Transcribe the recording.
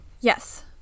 Yes